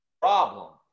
problem